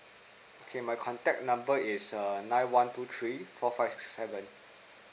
okay my contact number is err nine one two three four five six seven